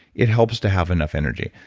it helps to have enough energy.